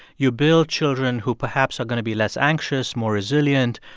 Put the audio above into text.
you build children who perhaps are going to be less anxious, more resilient,